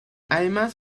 además